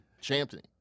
Champion